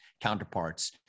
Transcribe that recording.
counterparts